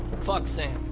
fuck sam.